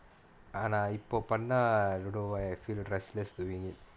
ஆனா இப்போ பண்ண:aanaa ippo panna why I feel restless doing it